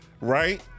right